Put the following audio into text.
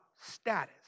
status